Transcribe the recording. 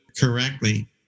correctly